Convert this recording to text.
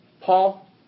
Paul